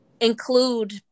include